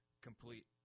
complete